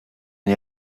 nie